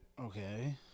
Okay